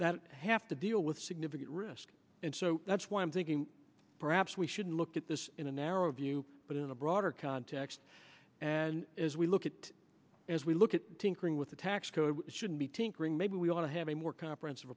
that have to deal with significant risk and so that's why i'm thinking perhaps we should look at this in a narrow view but in a broader context and as we look at it as we look at tinkering with the tax code shouldn't be tinkering maybe we ought to have a more co